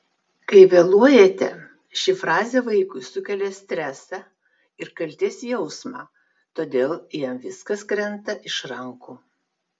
kai vėluojate ši frazė vaikui sukelia stresą ir kaltės jausmą todėl jam viskas krenta iš rankų